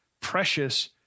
precious